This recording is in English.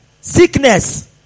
sickness